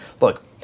look –